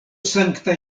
sankta